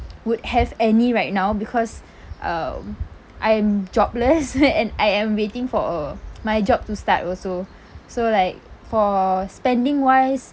would have any right now because um I'm jobless and I am waiting for a my job to start also so like for spending wise